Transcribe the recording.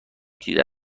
دیده